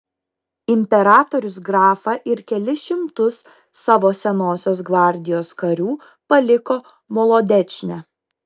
imperatorius grafą ir kelis šimtus savo senosios gvardijos karių paliko molodečne